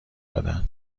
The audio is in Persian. دادن